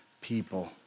people